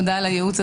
תודה על הייעוץ.